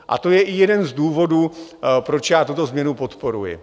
A to je i jeden z důvodů, proč já tuto změnu podporuji.